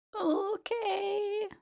Okay